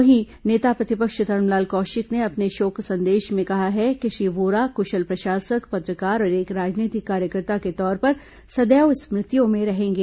वहीं नेता प्रतिपक्ष धरमलाल कौशिक ने अपने शोक संदेश में कहा कि श्री वोरा कुशल प्रशासक पत्रकार और एक राजनीतिक कार्यकर्ता के तौर पर सदैव स्मृतियों में रहेंगे